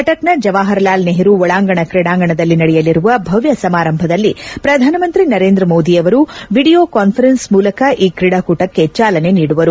ಕಟಕ್ನ ಜವಾಹರಲಾಲ್ ನೆಹರು ಒಳಾಂಗಣ ಕ್ರೀಡಾಂಗಣದಲ್ಲಿ ನಡೆಯಲಿರುವ ಭವ್ಯ ಸಮಾರಂಭದಲ್ಲಿ ಪ್ರಧಾನಮಂತ್ರಿ ನರೇಂದ್ರ ಮೋದಿ ಅವರು ಎಡಿಯೋ ಕಾನ್ವರೆನ್ಸ್ ಮೂಲಕ ಈ ಕ್ರೀಡಾಕೂಟಕ್ಕೆ ಚಾಲನೆ ನೀಡುವರು